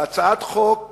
בהצעת חוק